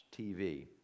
TV